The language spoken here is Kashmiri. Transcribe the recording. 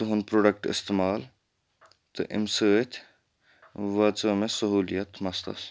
تُہُنٛد پرٛوڈَکٹ استعمال تہٕ امہِ سۭتۍ وٲژاو مےٚ سہوٗلِیت مَستَس